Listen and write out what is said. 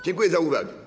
Dziękuję za uwagę.